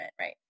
right